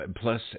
plus